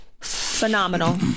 Phenomenal